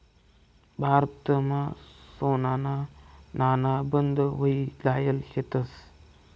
भारतमा सोनाना नाणा बंद व्हयी जायेल शेतंस